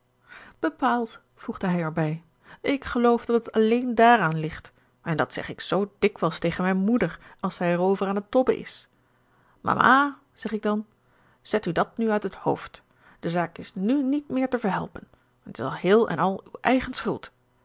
voegde hij erbij ik geloof dat het alleen daaraan ligt en dat zeg ik zoo dikwijls tegen mijn moeder als zij erover aan het tobben is mama zeg ik dan zet u dat nu uit het hoofd de zaak is nu niet meer te verhelpen en t is heel en al uw eigen schuld